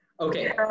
Okay